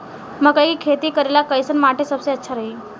मकई के खेती करेला कैसन माटी सबसे अच्छा रही?